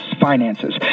finances